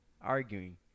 arguing